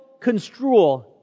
construal